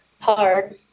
hard